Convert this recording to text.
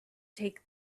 take